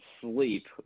sleep